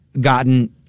gotten